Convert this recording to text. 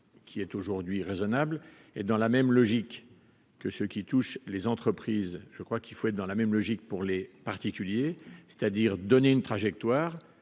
qui est aujourd'hui raisonnable et dans la même logique que ceux qui touchent les entreprises, je crois qu'il faut être dans la même logique pour les particuliers, c'est-à-dire donner une trajectoire